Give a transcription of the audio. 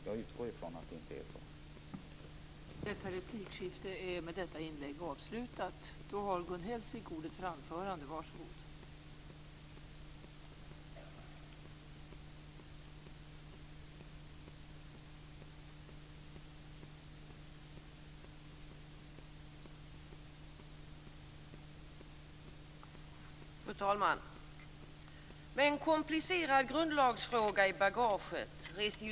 Jag utgår från att det inte är så.